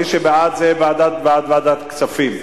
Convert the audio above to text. מי שבעד זה בעד ועדת כספים,